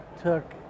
took